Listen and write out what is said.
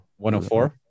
104